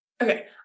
Okay